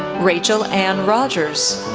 rachel ann rogers,